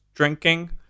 Drinking